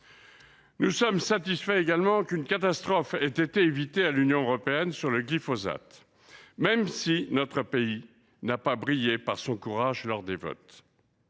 Nous sommes également satisfaits qu’une catastrophe ait pu être évitée à l’Union européenne sur le glyphosate, même si notre pays n’a pas brillé par son courage lors des votes.